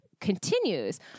continues